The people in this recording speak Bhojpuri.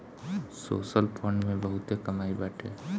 सोशल फंड में बहुते कमाई बाटे